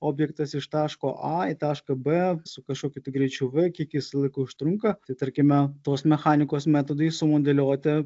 objektas iš taško a į tašką b su kažkokiu tai greičiu v kiek jis laiko užtrunka tarkime tos mechanikos metodais sumodeliuoti